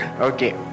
Okay